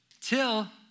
till